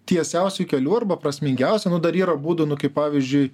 tiesiausių kelių arba prasmingiausių nu dar yra būdų nu kaip pavyzdžiui